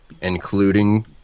including